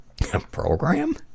program